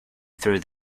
through